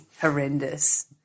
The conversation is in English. horrendous